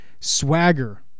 Swagger